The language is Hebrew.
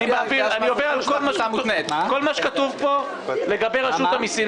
אני עובר על כל מה שכתוב פה לגבי רשות המסים.